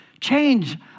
change